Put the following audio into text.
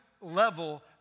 level